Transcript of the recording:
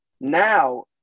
now